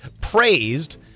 praised